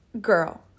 girl